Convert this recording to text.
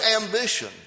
ambition